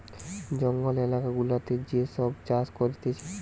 জঙ্গল এলাকা গুলাতে যে সব চাষ করতিছে